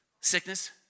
Sickness